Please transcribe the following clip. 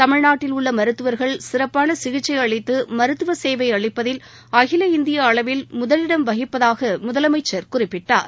தமிழ்நாட்டில் உள்ளமருத்துவர்கள் சிறப்பானசிகிச்சைஅளித்து மருத்துவசேவைஅளிப்பதில் அகில இந்தியஅளவில் முதலிடம் வகிப்பதாகமுதலமைச்சர் குறிப்பிட்டார்